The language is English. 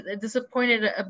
disappointed